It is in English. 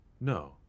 No